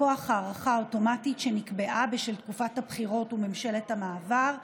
מכוח הארכה אוטומטית שנקבעה בשל תקופת הבחירות וממשלת המעבר,